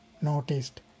noticed